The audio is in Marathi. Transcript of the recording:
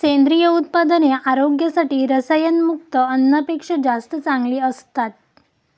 सेंद्रिय उत्पादने आरोग्यासाठी रसायनयुक्त अन्नापेक्षा जास्त चांगली असतात